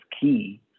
key